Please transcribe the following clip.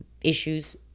issues